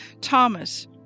Thomas